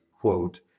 quote